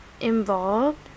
involved